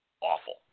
awful